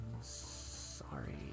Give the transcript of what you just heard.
Sorry